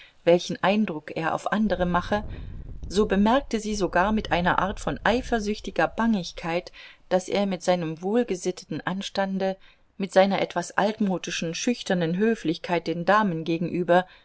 welchen eindruck er auf andere mache so bemerkte sie sogar mit einer art von eifersüchtiger bangigkeit daß er mit seinem wohlgesitteten anstande mit seiner etwas altmodischen schüchternen höflichkeit den damen gegenüber